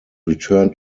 returned